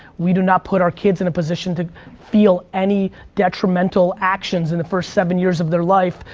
we do not put our kids in a position to feel any detrimental actions in the first seven years of their life,